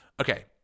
Okay